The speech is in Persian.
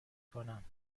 کنم